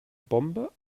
bombe